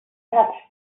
touched